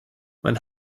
man